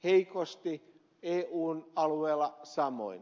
heikosti eun alueella samoin